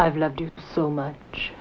i've loved you so much